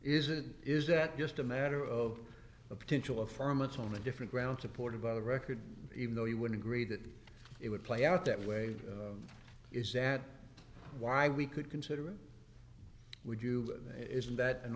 is it is that just a matter of a potential affirmative on a different ground supported by the record even though you would agree that it would play out that way is that why we could consider would you isn't that an